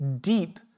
deep